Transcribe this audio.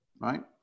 right